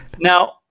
now